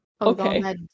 Okay